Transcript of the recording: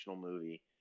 movie